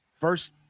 first